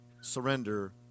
surrender